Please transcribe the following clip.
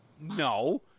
No